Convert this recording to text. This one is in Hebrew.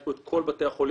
יש פה את כל בתי החולים.